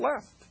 left